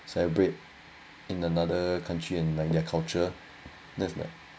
celebrate in another country and like their culture that's like